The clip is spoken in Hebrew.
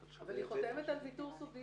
אבל היא חותמת על ויתור סודיות,